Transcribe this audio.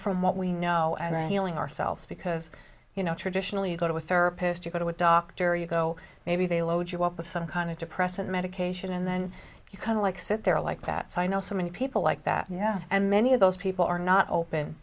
from what we know and healing ourselves because you know traditionally you go to a therapist you go to a doctor you go maybe they load you up with some kind of depressant medication and then you kind of like sit there like that so i know so many people like that yeah and many of those people are not open